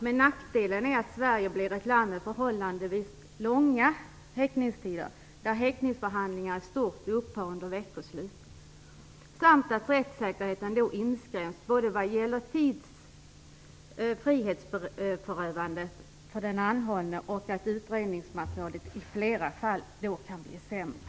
Men nackdelen är att Sverige blir ett land med förhållandevis långa häktningstider, där häktningsförhandlingar i stort sett upphör under veckoslut samt att rättssäkerheten då inskränks både när det gäller frihetsberövandet för den anhållne och när det gäller att utredningsmaterialet i flera fall då kan bli sämre.